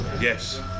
Yes